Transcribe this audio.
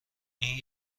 این